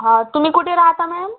हा तुम्ही कुठे राहता मॅम